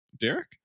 Derek